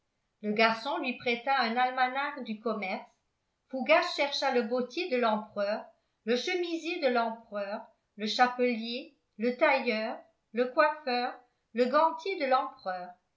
le garçon lui prêta un almanach du commerce fougas chercha le bottier de l'empereur le chemisier de l'empereur le chapelier le tailleur le coiffeur le gantier de l'empereur